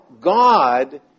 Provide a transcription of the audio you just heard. God